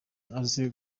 azi